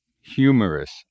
humorous